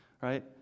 right